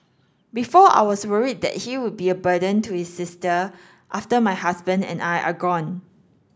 before I was worried that he would be a burden to his sister after my husband and I are gone